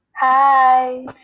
Hi